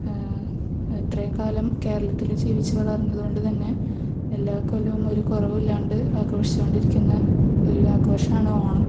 ഇത്രയും കാലം കേരളത്തിൽ ജീവിച്ചു വളർന്നതു കൊണ്ട് തന്നെ എല്ലാ കൊല്ലവും ഒരു കുറവും ഇല്ലാണ്ട് ആഘോഷിച്ചു കൊണ്ടിരിക്കുന്ന ഒരു ആഘോഷമാണ് ഓണം